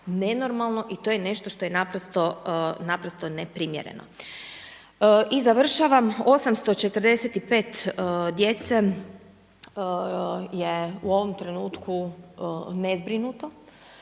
i to je nešto što je naprosto neprimjereno. I završavam, 845 djece je u ovom trenutku nezbrinuto,